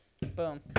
Boom